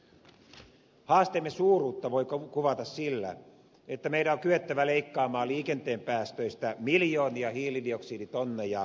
haasteemme suuruutta voi kuvata sillä että meidän on kyettävä leikkaamaan liikenteen päästöistä miljoonia hiilidioksiditonneja vuositasolla